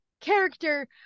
character